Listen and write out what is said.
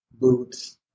boots